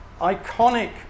iconic